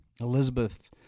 Elizabeth